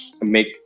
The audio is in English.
make